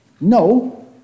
No